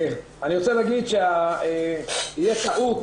אני רוצה להגיד שיש טעות.